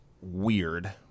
weird